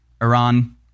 Iran